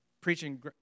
preaching